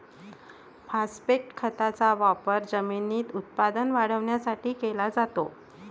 phosphate खताचा वापर जमिनीत उत्पादन वाढवण्यासाठी केला जातो